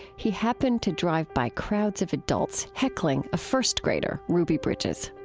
he happened to drive by crowds of adults heckling a first-grader, ruby bridges.